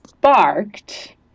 barked